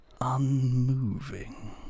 unmoving